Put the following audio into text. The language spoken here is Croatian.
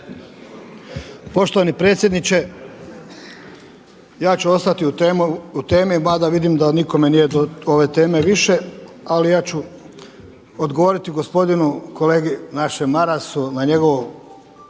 Poštovani predsjedniče, ja ću ostati u temi mada vidim da nikome nije do ove teme više, ali ja ću odgovoriti gospodinu, kolegi našem Marasu na njegovo